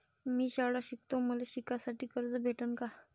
मी शाळा शिकतो, मले शिकासाठी कर्ज भेटन का?